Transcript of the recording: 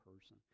person